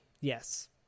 yes